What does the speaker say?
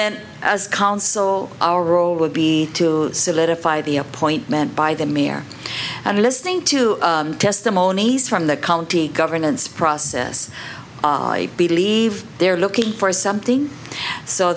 then as council our role would be to solidify the appointment by the mare and listening to testimonies from the county governance process i believe they're looking for something so